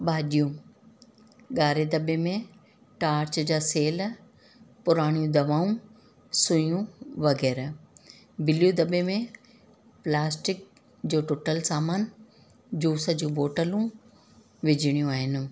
भाॼियू ॻाढ़े दॿे में टार्च जा सेल पुराणियूं दवाऊं सुइयूं वगैरा बिलू दॿे में प्लास्टिक जो टुटियलु सामान जूस जूं बोटलूं विझणियूं आहिनि